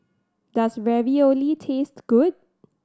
does Ravioli taste good